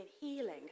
healing